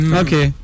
okay